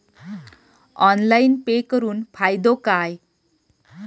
Online pay करुन फायदो काय?